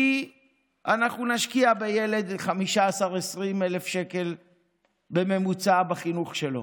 כי אנחנו נשקיע בילד 15,000 או 20,000 שקל בממוצע בחינוך שלו,